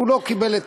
הוא לא קיבל את